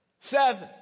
seven